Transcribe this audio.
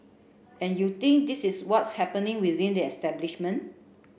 and you think this is what's happening within the establishment